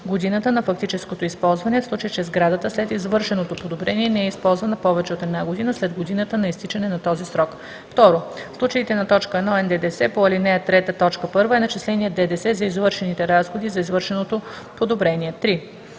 годината на фактическото използване, в случай че сградата след извършеното подобрение не е използвана повече от една година след годината на изтичане на този срок. 2. в случаите на т. 1 НДДС по ал. 3, т. 1 е начисленият ДДС за извършените разходи за извършеното подобрение. 3.